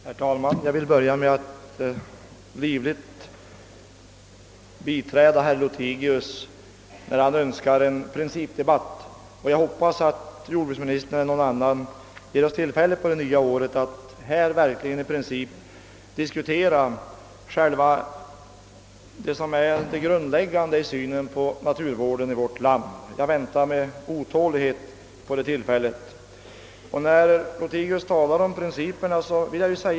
Herr talman! Jag vill börja med att livligt biträda herr Lothigius” önskan om en principdebatt. Jag hoppas att jordbruksministern eller någon annan på det nya året ger oss tillfälle att här verkligen diskutera själva grunden för vår syn på naturvården i vårt land. Jag väntar med otålighet på detta tillfälle. Herr Lothigius talar om principerna.